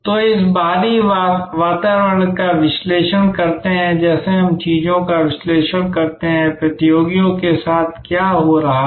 तो हम बाहरी वातावरण का विश्लेषण करते हैं जैसे हम चीजों का विश्लेषण करते हैं प्रतियोगियों के साथ क्या हो रहा है